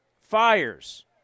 Fires